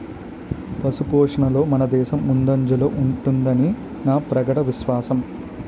పశుపోషణలో మనదేశం ముందంజలో ఉంటుదని నా ప్రగాఢ విశ్వాసం